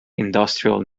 industrial